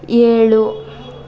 ಏಳು